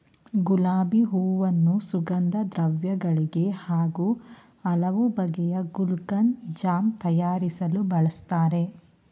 ಗುಲಾಬಿ ಹೂವನ್ನು ಸುಗಂಧದ್ರವ್ಯ ಗಳಿಗೆ ಹಾಗೂ ಹಲವು ಬಗೆಯ ಗುಲ್ಕನ್, ಜಾಮ್ ತಯಾರಿಸಲು ಬಳ್ಸತ್ತರೆ